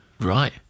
Right